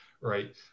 right